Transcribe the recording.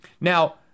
Now